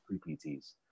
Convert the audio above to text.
pre-PTs